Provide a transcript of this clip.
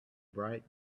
bright